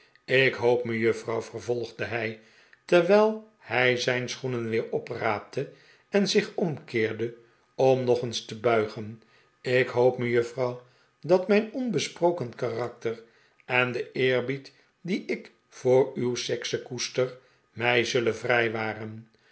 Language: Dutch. ik hoop mejuffrouw vervolgde hij terwijl hij zijn schoenen weer opraapte en zich omkeerde om nog eens te buigen ik hoop mejuffrouw dat mijn onbesproken karakter en de eerbied dien ik voor uw sekse koester mij zullen vrijwaren